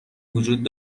وجود